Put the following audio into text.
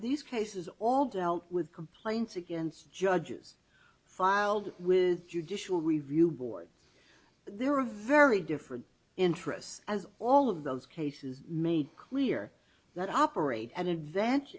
these cases all dealt with complaints against judges filed with judicial review boards there are very different interests as all of those cases made clear that operate an advan